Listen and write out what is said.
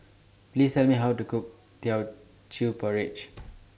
Please Tell Me How to Cook Teochew Porridge